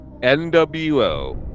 NWO